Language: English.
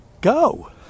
Go